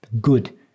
good